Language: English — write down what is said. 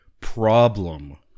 problem